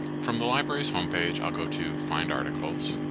from the library's homepage i'll go to find articles.